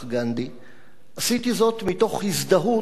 עשיתי זאת מתוך הזדהות עם הדרך הזאת.